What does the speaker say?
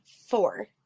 Four